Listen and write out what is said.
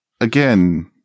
again